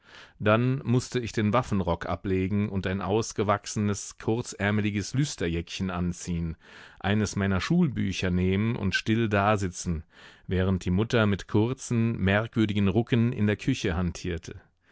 dann mußte ich den waffenrock ablegen und ein ausgewachsenes kurzärmeliges lüsterjäckchen anziehn eines meiner schulbücher nehmen und still dasitzen während die mutter mit kurzen merkwürdigen rucken in der küche hantierte